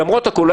למרות הכול,